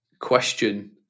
question